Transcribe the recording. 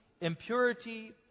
impurity